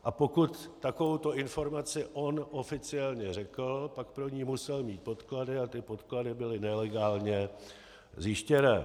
A pokud takovouto informaci on oficiálně řekl, pak pro ni musel mít podklady a ty podklady byly nelegálně zjištěné.